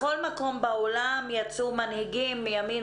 בכל מקום בעולם יצאו מנהיגים מימין